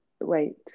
Wait